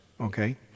Okay